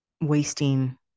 wasting